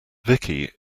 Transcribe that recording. vicky